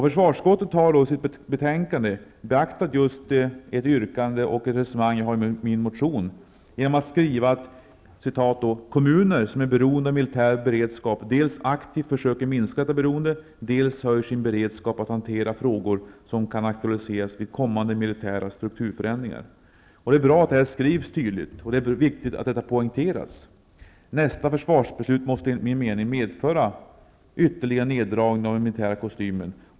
Försvarsutskottet har i sitt betänkande beaktat resonemanget och yrkandet i min motion genom att skriva att ''kommuner som är beroende av militär beredskap dels aktivt försöker minska detta beroende, dels höjer sin beredskap att hantera frågor som kan aktualiseras vid kommande militära strukturförändringar''. Det är bra att detta skrivs tydligt, och det är viktigt att det poängteras. Nästa försvarsbeslut måste enligt min mening medföra ytterligare neddragning av den militära kostymen.